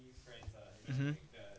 mmhmm